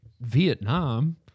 Vietnam